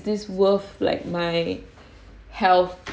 is this worth like my health